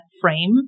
frame